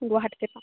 গুৱাহাটীতে পাম